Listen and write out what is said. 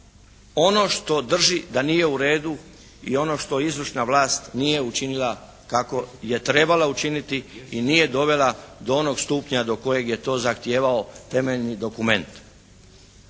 ono što drži da nije u redu i ono što izvršna vlast nije učinila kako je trebala učiniti i nije dovela do onog stupnja do kojeg je to zahtijevao temeljni dokument.